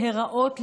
להיראות,